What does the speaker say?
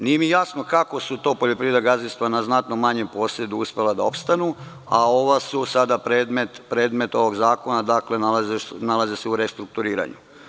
Nije mi jasno kako su to poljoprivredna gazdinstva na znatno manjem posedu uspela da opstanu, a ova su sada predmet ovog zakona, dakle, nalaze se u restrukturiranju.